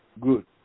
good